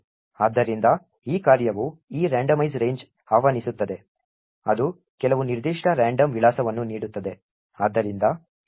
ಆದ್ದರಿಂದ ಈ ಕಾರ್ಯವು ಈ randomize range ಆಹ್ವಾನಿಸುತ್ತದೆ ಅದು ಕೆಲವು ನಿರ್ದಿಷ್ಟ ರಾಂಡಮ್ ವಿಳಾಸವನ್ನು ನೀಡುತ್ತದೆ